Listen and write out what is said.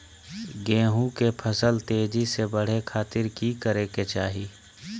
गेहूं के फसल तेजी से बढ़े खातिर की करके चाहि?